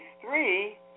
three